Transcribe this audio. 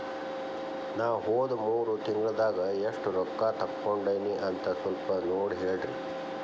ನಾ ಹೋದ ಮೂರು ತಿಂಗಳದಾಗ ಎಷ್ಟು ರೊಕ್ಕಾ ತಕ್ಕೊಂಡೇನಿ ಅಂತ ಸಲ್ಪ ನೋಡ ಹೇಳ್ರಿ